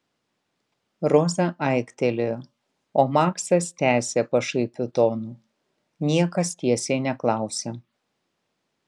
roza aiktelėjo o maksas tęsė pašaipiu tonu niekas tiesiai neklausia